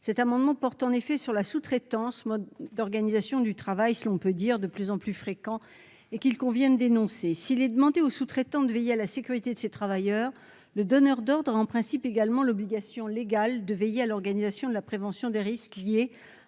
Il a en effet pour objet la sous-traitance, mode d'organisation du travail de plus en plus fréquent et qu'il convient de dénoncer. S'il est demandé au sous-traitant de veiller à la sécurité de ses travailleurs, le donneur d'ordre est également, en principe, soumis à l'obligation légale de veiller à l'organisation de la prévention des risques liés